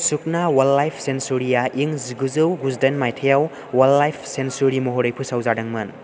सुखना अवाइल्डलाइफ सेन्सुरिया इं जिगुजौ गुजि दाइन माइथायाव अवाइल्डलाइफ सेन्सुरि महरै फोसावजादोंमोन